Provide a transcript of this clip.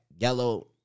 Yellow